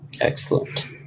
Excellent